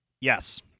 yes